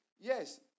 Yes